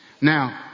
Now